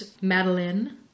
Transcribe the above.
Madeline